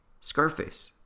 Scarface